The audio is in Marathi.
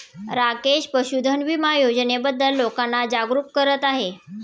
राकेश पशुधन विमा योजनेबद्दल लोकांना जागरूक करत आहे